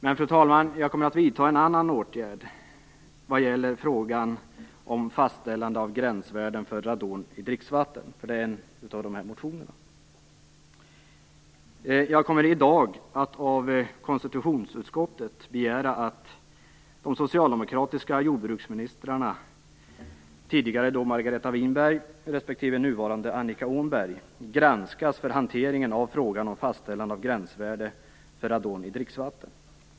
Men, fru talman, jag kommer att vidta en annan åtgärd vad gäller frågan om fastställande av gränsvärden för radon i dricksvatten, vilket en av motionerna gäller. Jag kommer i dag att av konstitutionsutskottet begära att de socialdemokratiska jordbruksministrarna granskas för hanteringen av frågan om fastställande av gränsvärde för radon i dricksvatten.